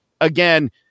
again